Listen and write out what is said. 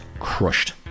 crushed